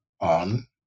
on